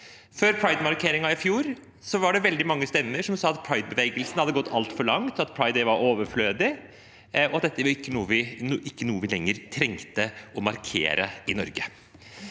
Før pridemarkeringen i fjor var det veldig mange stemmer som sa at pridebevegelsen hadde gått altfor langt, at pride var overflødig, og at dette ikke var noe vi lenger trengte å markere i Norge.